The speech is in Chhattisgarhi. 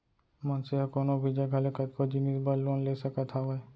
मनसे ह कोनो भी जघा ले कतको जिनिस बर लोन ले सकत हावय